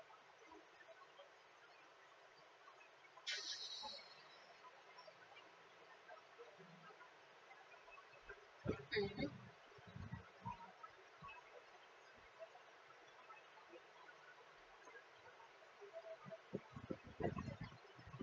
mmhmm